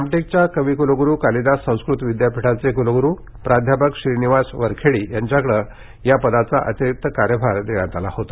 रामटेकच्या कविकुलगुरू कालिदास संस्कृत विद्यापीठाचे कुलगुरू प्राध्यापक श्रीनिवास वरखेडी यांच्याकडे या पदाचा अतिरिक्त कार्यभार देण्यात आला होता